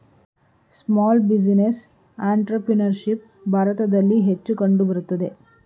small business entrepreneurship ಭಾರತದಲ್ಲಿ ಹೆಚ್ಚು ಕಂಡುಬರುತ್ತದೆ